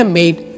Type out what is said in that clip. made